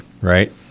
right